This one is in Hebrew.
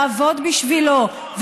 לעבוד בשבילו,